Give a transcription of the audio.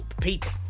people